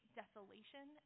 desolation